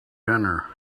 dinner